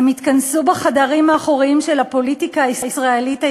הם יתכנסו בחדרים האחוריים של הפוליטיקה הישראלית הישנה,